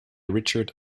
richard